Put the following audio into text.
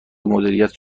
مدیریت